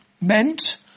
meant